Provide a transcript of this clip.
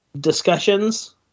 discussions